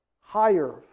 higher